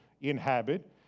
inhabit